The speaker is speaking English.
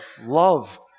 love